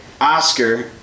Oscar